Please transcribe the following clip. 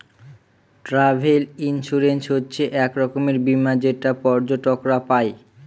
travel insurance হচ্ছে এক রকমের বীমা যেটা পর্যটকরা পাই